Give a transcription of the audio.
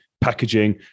packaging